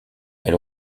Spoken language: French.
elle